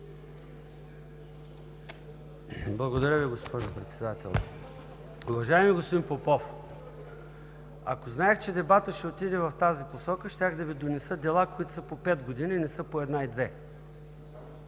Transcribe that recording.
Благодаря Ви, госпожо Председател. Уважаеми господин Попов, ако знаех, че дебатът ще отиде в тази посока, щях да Ви донеса дела, които са по пет години, не са по една